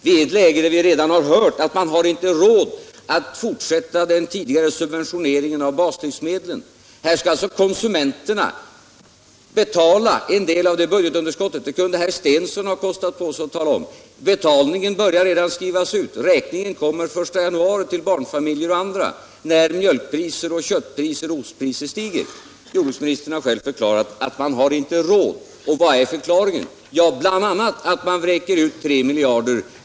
Vi är i ett läge där vi redan nu har hört att man inte har råd att fortsätta den tidigare subventioneringen av baslivsmedlen. Konsumenterna skall alltså betala en del av budgetunderskottet. Det kunde herr Stensson ha kostat på sig att tala om. Räkningen börjar redan att skrivas ut och kommer den 1 januari till barnfamiljer och andra när mjölk-, köttoch ostpriser stiger. Jordbruksministern har själv förklarat att man inte har råd med en fortsatt subventionering. Vad är förklaringen? Jo, bl.a. att man vräker ut 3 miljarder kr.